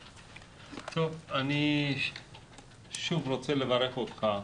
טוב, אני שוב רוצה לברך אותך,